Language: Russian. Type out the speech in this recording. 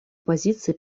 позиций